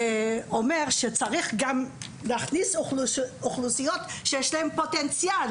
שצריך גם להכניס אוכלוסיות שיש להן פוטנציאל